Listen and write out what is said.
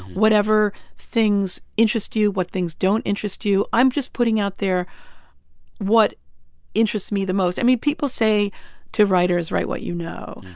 whatever things interest you, what things don't interest you. i'm just putting out there what interests me the most i mean, people say to writers, write what you know.